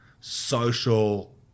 social